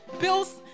bills